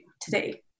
today